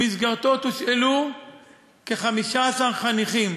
ובמסגרתו תושאלו כ-15 חניכים.